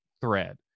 thread